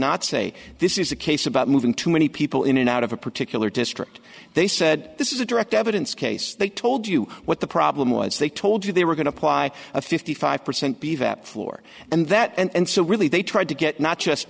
not say this is a case about moving too many people in and out of a particular district they said this is a direct evidence case they told you what the problem was they told you they were going to apply a fifty five percent be that floor and that and so really they tried to get not just